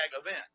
event